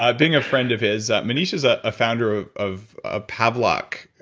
ah being a friend of his, maneesh is a founder of of ah pavlok.